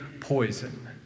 poison